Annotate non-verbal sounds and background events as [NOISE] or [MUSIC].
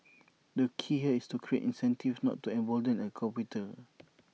the key here is to create incentives not to embolden A competitor [NOISE]